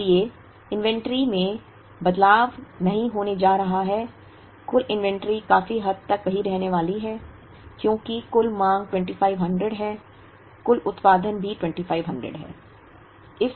इसलिए इन्वेंट्री में बदलाव नहीं होने जा रहा है कुल इन्वेंट्री काफी हद तक वही रहने वाली है क्योंकि कुल मांग 2500 है कुल उत्पादन भी 2500 है